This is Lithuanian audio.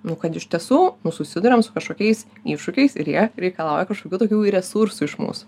nu kad iš tiesų susiduriam su kažkokiais iššūkiais ir jie reikalauja kažkokių tokių i resursų iš mūsų